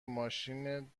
ماشین